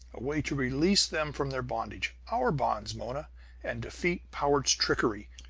a way to release them from their bondage our bonds, mona and defeat powart's trickery,